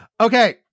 Okay